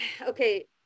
okay